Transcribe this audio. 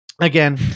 Again